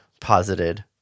posited